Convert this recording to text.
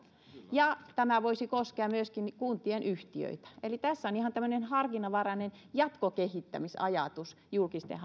ja tämä voisi koskea myöskin kuntien yhtiöitä eli tässä on ihan tämmöinen harkinnanvarainen jatkokehittämisajatus julkisten